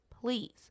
please